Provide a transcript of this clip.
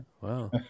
Wow